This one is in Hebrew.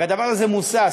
הדבר הזה מוסס,